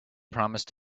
promised